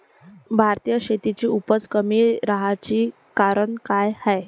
भारतीय शेतीची उपज कमी राहाची कारन का हाय?